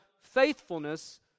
faithfulness